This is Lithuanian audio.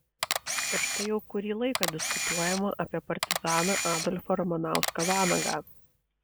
ir štai jau kurį laiką diskutuojama apie partizaną adolfą ramanauską vanagą